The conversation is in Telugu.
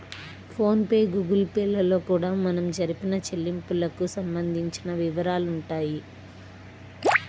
ఫోన్ పే గుగుల్ పే లలో కూడా మనం జరిపిన చెల్లింపులకు సంబంధించిన వివరాలుంటాయి